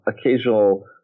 occasional